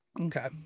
Okay